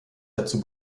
dazu